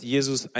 Jesus